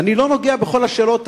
ואני לא נוגע בכל השאלות,